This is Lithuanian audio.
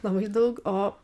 labai daug o